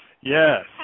Yes